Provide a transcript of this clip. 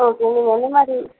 okay நீங்கள் எந்த மாதிரி